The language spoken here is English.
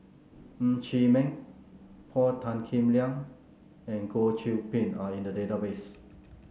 Ng Chee Meng Paul Tan Kim Liang and Goh Qiu Bin are in the database